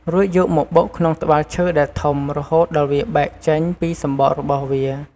រួចយកមកបុកក្នុងត្បាល់ឈើ ដែលធំ រហូតដល់វាបែកចេញពិសំបករបស់វា។